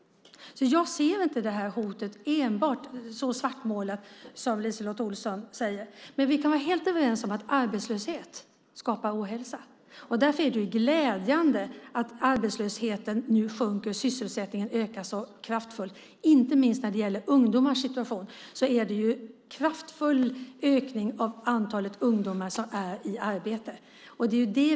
Jag ser inte ett så svart hot som LiseLotte Olsson målar upp det. Men vi kan vara helt överens om att arbetslöshet skapar ohälsa. Därför är det glädjande att arbetslösheten sjunker och att sysselsättningen ökar så kraftigt. Inte minst när det gäller ungdomars situation är det en kraftig ökning av antalet ungdomar som är i arbete.